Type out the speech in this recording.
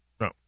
No